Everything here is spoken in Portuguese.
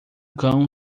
cão